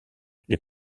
les